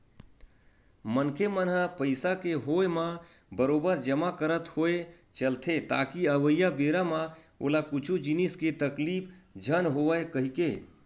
मनखे मन ह पइसा के होय म बरोबर जमा करत होय चलथे ताकि अवइया बेरा म ओला कुछु जिनिस के तकलीफ झन होवय कहिके